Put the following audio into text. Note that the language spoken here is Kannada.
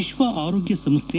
ವಿಶ್ವ ಆರೋಗ್ಯ ಸಂಸ್ಥೆ